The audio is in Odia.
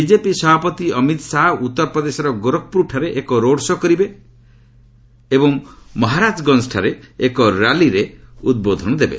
ବିଜେପି ସଭାପତି ଅମିତ୍ ଶାହା ଉତ୍ତରପ୍ରଦେଶର ଗୋରଖପୁରଠାରେ ଏକ ରୋଡ୍ ଶୋ' କରିବେ ଏବଂ ମହାରାଜଗଞ୍ଜଠାରେ ଏକ ର୍ୟାଲିରେ ଉଦ୍ବୋଧନ ଦେବେ